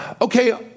okay